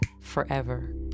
forever